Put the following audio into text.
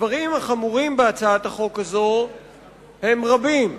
הדברים החמורים בהצעת החוק הזאת הם רבים.